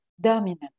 dominant